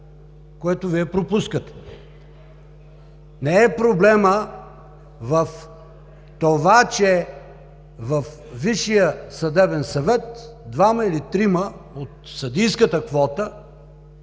което Вие пропускате. Не е проблемът в това, че във Висшия съдебен съвет двама или трима от съдийската квота